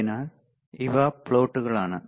അതിനാൽ ഇവ പ്ലോട്ടുകളാണ്